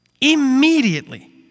immediately